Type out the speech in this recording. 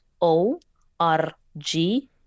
O-R-G